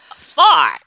far